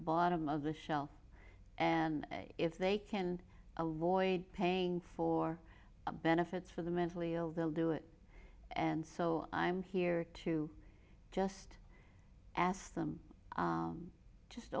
bottom of the shelf and if they can a lawyer paying for benefits for the mentally ill they'll do it and so i'm here to just ask them just